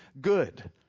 good